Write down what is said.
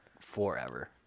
forever